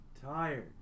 tired